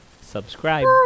Subscribe